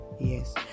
Yes